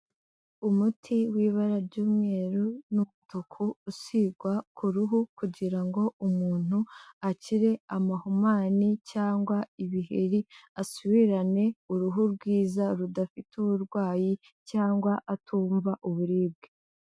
Umuti w'ibara ry'umweru n'umutuku usigwa ku ruhu kugira ngo umuntu akire amahumanani cyangwa ibiheri asubirane uruhu rwiza rudafite uburwayi cyangwa atumva uburibwe.